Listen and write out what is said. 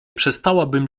przestałabym